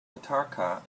tatarka